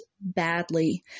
badly